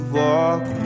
walk